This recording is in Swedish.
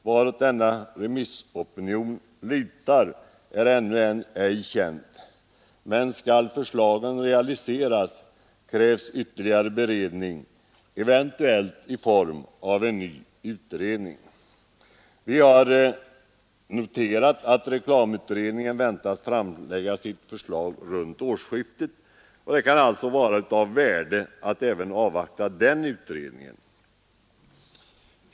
Vartåt denna remissopinion lutar är ännu ej känt, men skall förslagen realiseras krävs ytterligare beredning, eventuellt i form av en ny utredning. Vi har vidare noterat att reklamutredningen väntas framlägga sitt förslag runt årsskiftet. Det kan vara av värde att avvakta även den utredningen.